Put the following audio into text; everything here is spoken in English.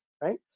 Right